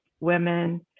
women